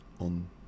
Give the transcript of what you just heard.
on